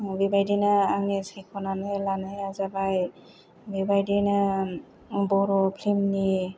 बिबादिनो आंनि सायख'नानै लानाया जाबाय बिबायदिनो बर' फ्लिम नि